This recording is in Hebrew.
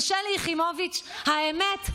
ושלי יחימוביץ' האמת,